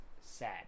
sad